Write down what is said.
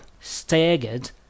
staggered